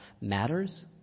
matters